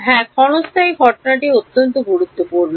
হ্যাঁ ক্ষণস্থায়ী ঘটনাটি অত্যন্ত গুরুত্বপূর্ণ